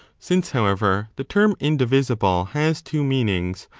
since, however, the term indivisible has two meanings,